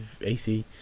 AC